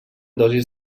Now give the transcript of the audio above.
dosis